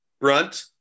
Brunt